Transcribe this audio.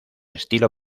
estilo